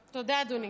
תודה, אדוני.